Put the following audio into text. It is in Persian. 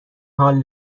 حال